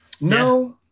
No